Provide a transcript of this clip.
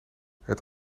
het